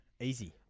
Easy